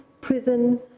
prison